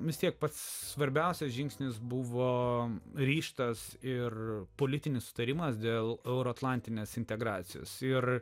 vis tiek pats svarbiausias žingsnis buvo ryžtas ir politinis sutarimas dėl euroatlantinės integracijos ir